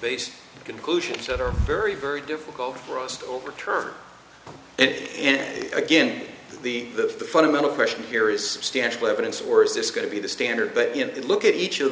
based conclusions that are very very difficult for us to overturn it again the the fundamental question here is substantial evidence or is this going to be the standard but you look at each of